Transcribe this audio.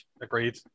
agreed